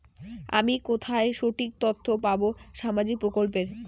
আমি কোথায় সঠিক তথ্য পাবো সামাজিক প্রকল্পের?